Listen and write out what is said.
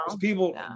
people